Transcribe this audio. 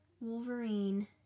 Wolverine